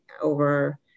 over